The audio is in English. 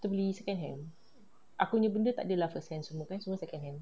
kita beli second hand aku punya benda takde lah first hand semua second hand